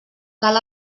cal